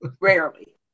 rarely